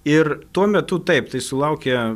ir tuo metu taip tai sulaukė